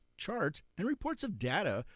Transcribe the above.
charts and reports of data,